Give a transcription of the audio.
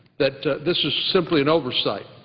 that this is simply an oversight.